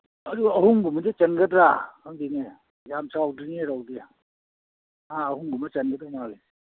ꯑꯗꯨ ꯑꯍꯨꯝꯒꯨꯝꯕꯗꯤ ꯆꯟꯒꯗ꯭ꯔꯥ ꯈꯪꯗꯦꯅꯦ ꯌꯥꯝ ꯆꯥꯎꯗ꯭ꯔꯤꯅꯦ ꯔꯧꯗꯤ ꯑ ꯑꯍꯨꯝꯒꯨꯝꯕ ꯆꯟꯒꯗꯧ ꯃꯥꯜꯂꯤ